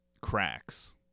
cracks